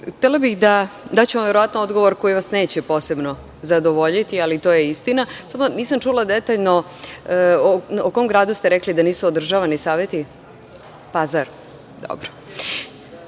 Vlade, daću vam verovatno odgovor koji vas neće posebno zadovoljiti, ali to je istina. Samo nisam čula detaljno o kom gradu ste rekli da nisu održavani saveti. Pazar? Dobro. Ali,